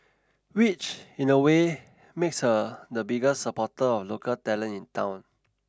which in a way makes her the biggest supporter of local talent in town